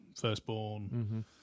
firstborn